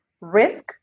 risk